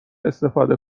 استفاده